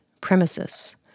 premises